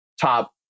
top